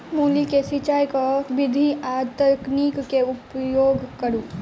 मूली केँ सिचाई केँ के विधि आ तकनीक केँ उपयोग करू?